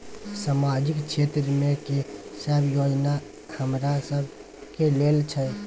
सामाजिक क्षेत्र में की सब योजना हमरा सब के लेल छै?